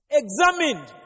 examined